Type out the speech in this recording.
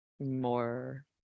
more